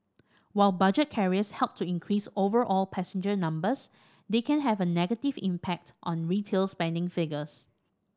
while budget carriers help to increase overall passenger numbers they can have a negative impact on retail spending figures